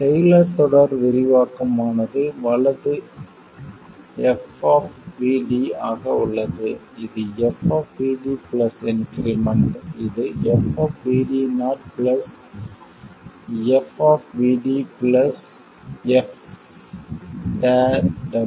Taylor தொடர் விரிவாக்கமானது வலது f ஆக உள்ளது இது f பிளஸ் இன்க்ரிமென்ட் இது f f f2